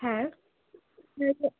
হ্যাঁ ঠিক আছে